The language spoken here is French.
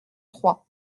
trois